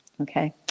Okay